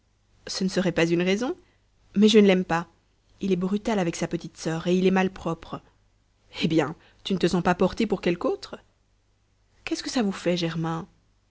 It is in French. ce ne serait pas une raison mais je ne l'aime pas il est brutal avec sa petite sur et il est malpropre eh bien tu ne te sens pas portée pour quelque autre qu'est-ce que ça vous fait germain